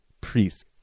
Priests